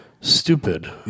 stupid